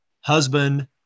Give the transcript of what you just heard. husband